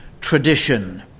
tradition